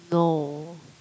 no